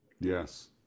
Yes